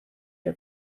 her